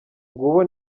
nguwo